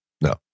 No